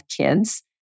kids